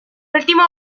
último